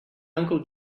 uncle